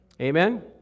Amen